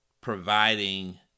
providing